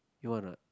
you want or not